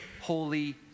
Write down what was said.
holy